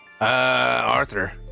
Arthur